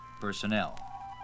personnel